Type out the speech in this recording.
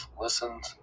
listened